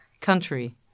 country